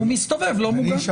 הוא מסתובב לא מוגן.